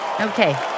Okay